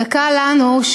וקל לנו,